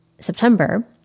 September